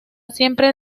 siempre